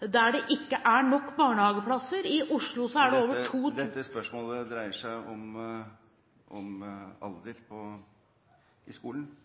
der det ikke er nok barnehageplasser. I Oslo er det over … Hovedspørsmålet dreier seg om alder ved skolestart.